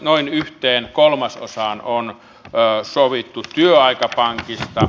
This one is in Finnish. noin yhteen kolmasosaan on sovittu työaikapankista